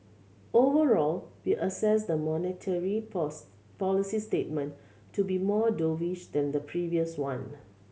overall we assess the monetary policy statement to be more dovish than the previous one